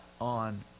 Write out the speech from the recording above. on